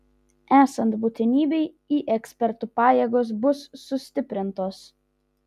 esant būtinybei į ekspertų pajėgos bus sustiprintos